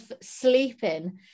sleeping